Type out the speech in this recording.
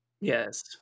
Yes